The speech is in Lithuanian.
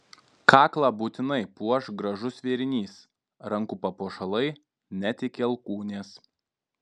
kaklą būtinai puoš gražus vėrinys rankų papuošalai net iki alkūnės